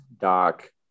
Doc